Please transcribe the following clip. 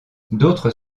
d’autres